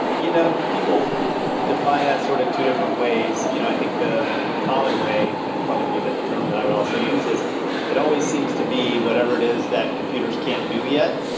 you know people define that sort of two different ways. you know i think the common way and probably the term that i would also use is it always seems to be whatever it is that computers can't do yet.